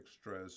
stress